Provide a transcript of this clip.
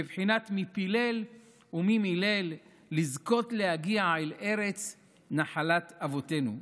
בבחינת מי פילל ומי מילל לזכות להגיע אל ארץ נחלת אבותינו,